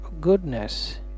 goodness